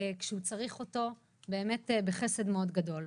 כשהוא צריך אותו באמת בחסד מאוד גדול.